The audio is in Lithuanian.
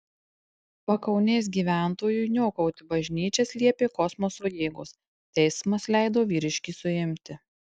pakaunės gyventojui niokoti bažnyčias liepė kosmoso jėgos teismas leido vyriškį suimti